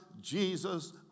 Jesus